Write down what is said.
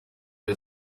iyo